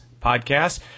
Podcast